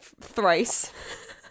thrice